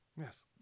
Yes